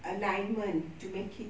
alignment to make it